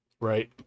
Right